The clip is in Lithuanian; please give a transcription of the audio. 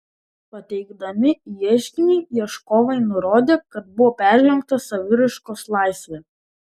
pateikdami ieškinį ieškovai nurodė kad buvo peržengta saviraiškos laisvė